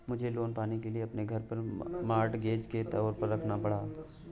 मुझे लोन पाने के लिए अपने घर को मॉर्टगेज के तौर पर रखना पड़ा